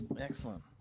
Excellent